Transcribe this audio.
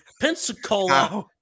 Pensacola